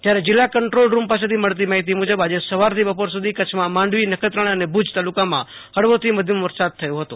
જયારે જીલ્લા control room પાસેથી મળતી માહિતી મુજબ આજે સવાર થી બપોર સુ ધી કચ્છમાં માંડવીનખત્રાણા અને ભુ જ તાલુકામાં હળવોથી મધ્યમ વરસાદ થયો હતો